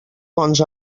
bons